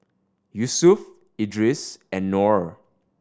Yusuf Idris and Nor